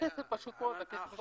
לקחת את הכסף, פשוט מאוד, הכסף השחור.